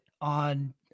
on